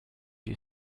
you